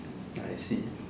I see